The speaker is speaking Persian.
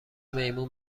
میمون